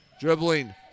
Dribbling